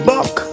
Buck